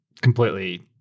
completely